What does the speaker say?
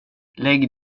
lägg